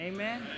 Amen